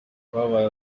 twabaye